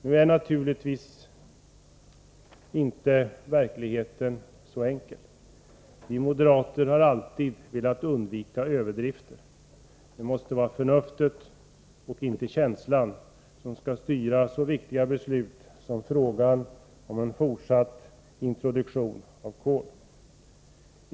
Nu är verkligheten naturligtvis inte så enkel. Vi moderater har alltid velat undvika överdrifter. Det måste vara förnuftet, inte känslan, som skall styra så viktiga beslut som det som gäller frågan om en fortsatt introduktion av kol.